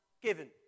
given